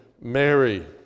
Mary